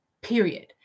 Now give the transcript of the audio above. Period